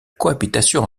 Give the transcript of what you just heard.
cohabitation